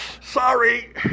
Sorry